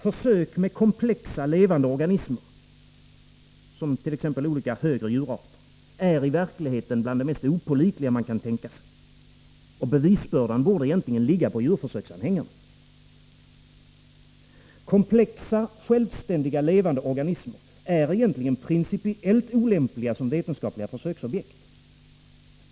Försök med komplexa levande organismer, t.ex. olika högre djurarter, är i verkligheten bland det mest opålitliga man kan tänka sig. Bevisbördan borde egentligen ligga på djurförsöksanhängarna. Komplexa, självständiga, levande organismer är principiellt olämpliga som vetenskapliga försöksobjekt.